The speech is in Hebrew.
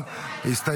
הצבעה.